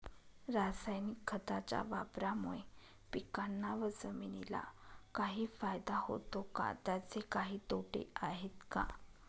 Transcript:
रासायनिक खताच्या वापरामुळे पिकांना व जमिनीला काही फायदा होतो का? त्याचे काही तोटे आहेत का?